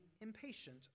impatient